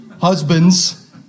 husbands